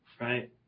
right